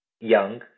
young